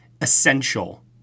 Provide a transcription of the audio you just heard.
essential